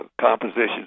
compositions